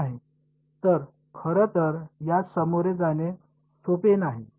तर खरं तर यास सामोरे जाणे सोपे नाही ठीक